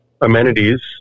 amenities